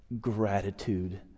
gratitude